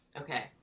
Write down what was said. Okay